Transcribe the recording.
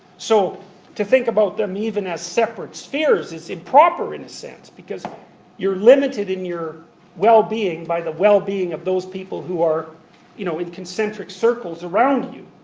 so to think about them even as separate spheres is improper in a sense, because you're limited in your well-being by the well-being of those people who are you know in concentric circles around you.